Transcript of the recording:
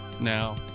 now